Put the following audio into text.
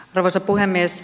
arvoisa puhemies